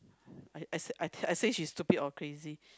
I say say she's stupid or crazy